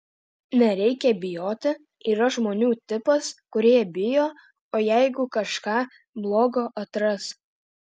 nereikia bijoti yra žmonių tipas kurie bijo o jeigu kažką blogo atras